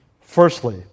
Firstly